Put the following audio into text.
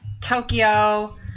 Tokyo